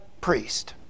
priest